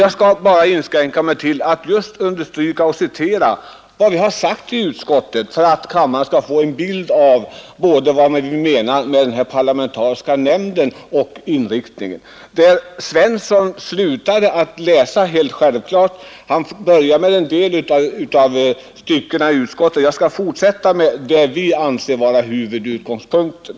Jag skall inskränka mig till att citera vad vi har sagt i utskottsbetänkandet för att kammaren skall få en bild av vad vi anser om både den parlamentariska nämnden och inriktningen. Herr Svensson i Malmö började läsa upp en del av styckena i utskottsbetänkandet. Jag skall fortsätta där han slutade och läsa upp det som vi anser vara huvudutgångspunkten.